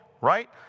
Right